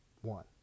One